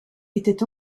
était